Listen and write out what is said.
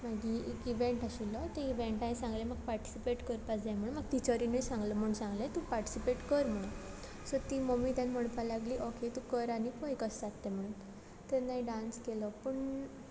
मागीर एक इवँट आशिल्लो ते इवँटा हांव सांगलें म्हाका पाटिसिपेट करपा जाय म्हूण म्हाका तिचरीनूय सांगल म्हूण सांगलें तूं पाटिसिपेट कर म्हुणू सो ती मोम्मी तेन्न म्हुणपा लागली ओके तूं कर आनी पय कस जात तें म्हुणून तेन्ना हांव डांस केलो पूण